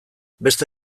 beste